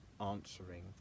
answering